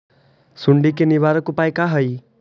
सुंडी के निवारक उपाय का हई?